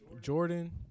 Jordan